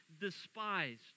despised